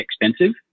expensive